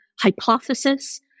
hypothesis